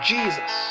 Jesus